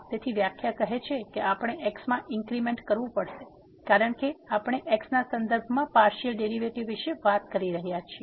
તેથી વ્યાખ્યા કહે છે કે આપણે x માં ઇન્ક્રીમેન્ટ કરવું પડશે કારણ કે આપણે x ના સંદર્ભમાં પાર્સીઅલ ડેરીવેટીવ વિશે વાત કરી રહ્યા છીએ